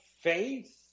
faith